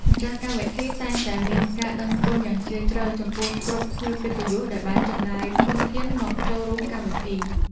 ម្ចាស់កម្មវិធីតែងតែមានការដឹងគុណយ៉ាងជ្រាលជ្រៅចំពោះគ្រប់ភ្ញៀវកិត្តិយសដែលបានចំណាយធនធានមកចូលរួមកម្មវិធី។